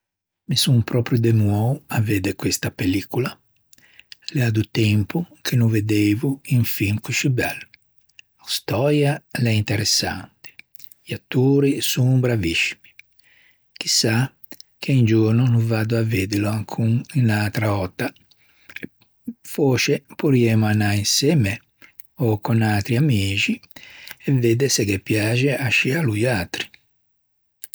Me son pròprio demoou à vedde questa pellicola. L'ea do tempo che no veddeivo un film coscì bello. A stöia a l'é interessante, i attori son braviscimi. Chi sà che un giorno no vaddo à veddilo ancon unn'atra òtta. Fòsce porriëscimo anâ insemme ò con atri amixi e vedde se ghe piaxe ascì à loiatri